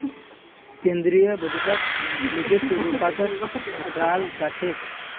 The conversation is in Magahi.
केन्द्रीय बजटक लिखित रूपतत रखाल जा छेक